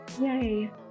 Yay